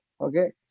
Okay